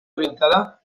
orientada